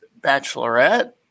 Bachelorette